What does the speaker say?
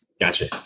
Gotcha